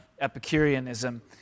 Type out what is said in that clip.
Epicureanism